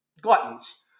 gluttons